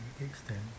extend